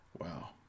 Wow